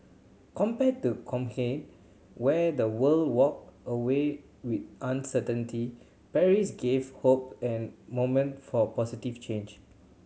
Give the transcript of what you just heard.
compared to where the world walked away with uncertainty Paris gave hope and for positive change